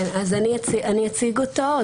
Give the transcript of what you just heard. אני אציג אותו.